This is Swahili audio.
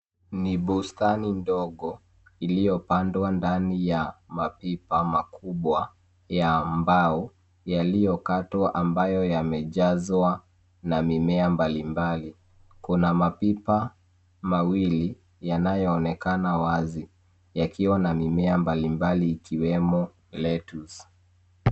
Ni bustani ndogo iliyopandwa ndani ya mapipa makubwa ya mbao yaliyokatwa ambayo yamejazwa na mimea mbalimbali. Kuna mapipa mawili yanayoonekana mbali yakiwa na mimea mbalimbali ikiwemo lettuce